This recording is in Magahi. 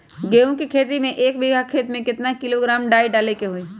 गेहूं के खेती में एक बीघा खेत में केतना किलोग्राम डाई डाले के होई?